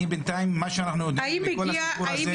אני בינתיים מה שאנחנו יודעים מכל הסיפור הזה,